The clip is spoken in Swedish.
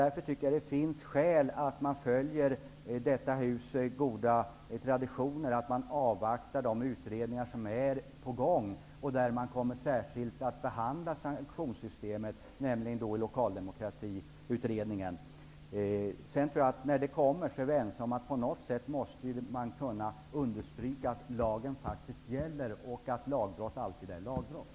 Därför tycker jag att det finns skäl att följa de goda traditionerna här i huset att avvakta resultatet av de utredningar som är på gång och särskilt den där man kommer att behandla just sanktionssystemet, nämligen Lokaldemokratiutredningen. När det kommer måste man på något sätt -- det tror jag att vi är ense om -- kunna understryka att lagen faktiskt gäller och att lagbrott alltid är lagbrott.